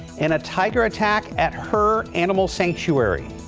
and a tiger attack at her animal sanctuary.